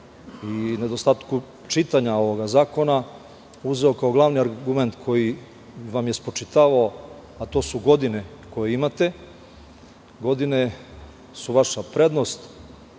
i nedostatku čitanja ovog zakona, uzeo kao glavni argument koji vam je spočitavao, a to su godine koje imate. Godine su vaša prednost,